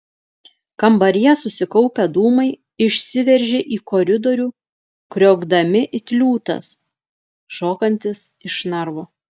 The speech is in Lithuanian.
kambaryje susikaupę dūmai išsiveržė į koridorių kriokdami it liūtas šokantis iš narvo